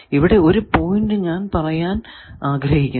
ഇവിടെ ഒരു പോയിന്റ് ഞാൻ പറയാൻ ആഗ്രഹിക്കുന്നു